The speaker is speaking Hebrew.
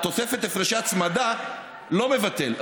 את תוספת הפרשי ההצמדה אני לא מבטל,